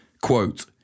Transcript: Quote